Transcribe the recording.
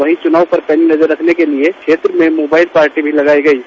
वहीं चुनाव पर पैनी नजर रखने के लिए क्षेत्र में मोबाइल पार्टी भी लगाई गई किया